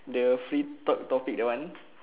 the free talk topic that one